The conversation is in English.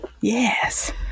yes